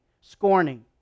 scorning